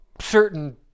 certain